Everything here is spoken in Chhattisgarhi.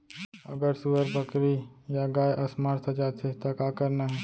अगर सुअर, बकरी या गाय असमर्थ जाथे ता का करना हे?